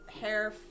hair